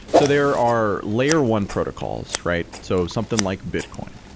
so there are layer one protocols, right? so something like bitcoin,